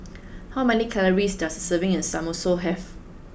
how many calories does a serving of Samosa have